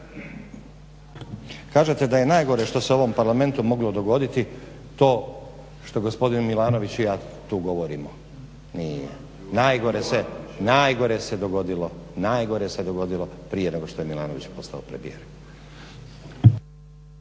Kažete da je najgore što se ovom Parlamentu moglo dogoditi to što gospodin Milanović i ja tu govorimo. Nije. Najgore se dogodilo prije nego što je Milanović postao premijer.